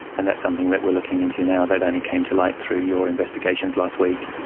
and that's something that we are looking into now. that only came to light through your investigations last week.